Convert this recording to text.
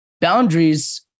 boundaries